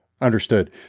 Understood